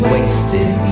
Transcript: Wasted